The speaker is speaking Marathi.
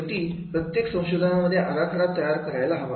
शेवटी प्रत्येक संशोधनामध्ये आराखडा तयार करायला हवा